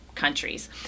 Countries